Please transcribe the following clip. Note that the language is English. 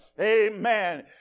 Amen